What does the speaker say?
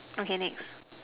okay next